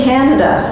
Canada